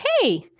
hey